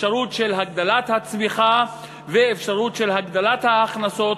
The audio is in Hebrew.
אפשרות של הגדלת הצמיחה ואפשרות של הגדלת ההכנסות,